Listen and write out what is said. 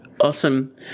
Awesome